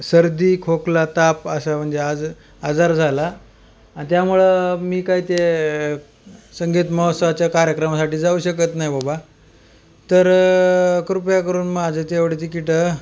सर्दी खोकला ताप असा म्हणजे आज आजार झाला त्यामुळं मी काय ते संगीत महोत्वाच्या कार्यक्रमासाठी जाऊ शकत नाही बबा तर कृपया करून माझी तेवढी तिकीटं